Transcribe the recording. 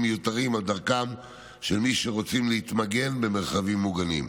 מיותרים בדרכם של מי שרוצים להתמגן במרחבים מוגנים.